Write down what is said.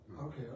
Okay